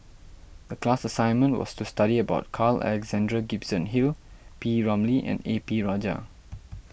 the class assignment was to study about Carl Alexander Gibson Hill P Ramlee and A P Rajah